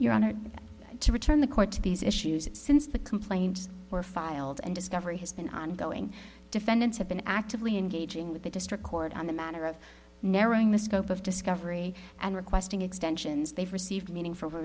to these issues since the complaints were filed and discovery has been ongoing defendants have been actively engaging with the district court on the matter of narrowing the scope of discovery and requesting extensions they've received meaning for